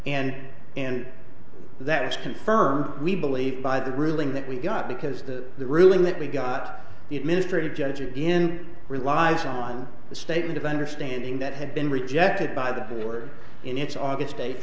and that was confirmed we believe by the ruling that we got because the the ruling that we got the administrative judge again relies on the statement of understanding that had been rejected by the board in its august